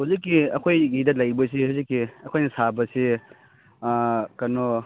ꯍꯧꯖꯤꯛꯀꯤ ꯑꯩꯈꯣꯏꯒꯤꯗ ꯂꯩꯕꯁꯦ ꯍꯧꯖꯤꯛꯀꯤ ꯑꯩꯈꯣꯏꯅ ꯁꯥꯕꯁꯦ ꯀꯩꯅꯣ